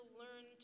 learn